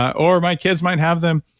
or my kids might have them.